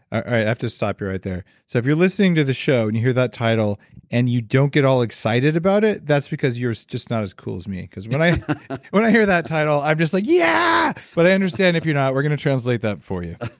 i have to stop you right there. so if you're listening to the show and you hear that title and you don't get all excited about it, that's because you're just not as cool as me when i when i hear that title, i'm just like, yeah. but i understand if you're not. we're going to translate that for you